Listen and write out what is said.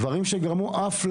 קרו דברים שממש גרמו לנו,